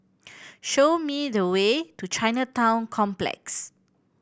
show me the way to Chinatown Complex